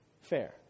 fair